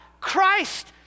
Christ